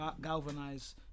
galvanize